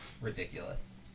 ridiculous